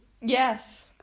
Yes